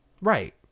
right